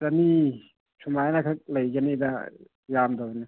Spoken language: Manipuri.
ꯆꯅꯤ ꯁꯨꯃꯥꯏꯅꯈꯛ ꯂꯩꯒꯅꯤꯗ ꯌꯥꯝꯗꯕꯅꯤ